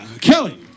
Kelly